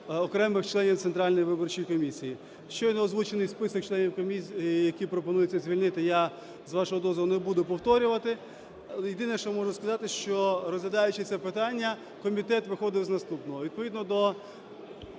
окремих членів Центральної виборчої комісії. Щойно озвучений список членів комісії, які пропонується, звільнити я, з вашого дозволу, не буду повторювати. Єдине, що можу сказати, що розглядаючи це питання комітет виходив з наступного.